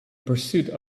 pursuit